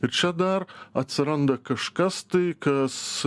ir čia dar atsiranda kažkas tai kas